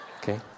Okay